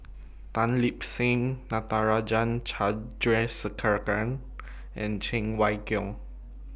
Tan Lip Seng Natarajan Chandrasekaran and Cheng Wai Keung